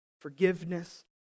forgiveness